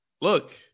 look